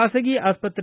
ಬಾಸಗಿ ಆಸ್ತ್ರೆ